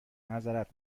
معذرت